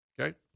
Okay